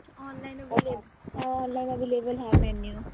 online available online available ਹੈ menu